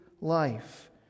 life